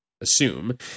assume